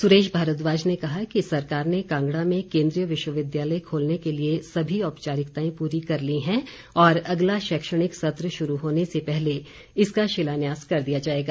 सुरेश भारद्वाज ने कहा कि सरकार ने कांगड़ा में केन्द्रीय विश्वविद्यालय खोलने के लिए सभी औपचारिकताएं पूरी कर ली हैं और अगला शैक्षणिक सत्र शुरू होने से पहले इसका शिलान्यास कर दिया जाएगा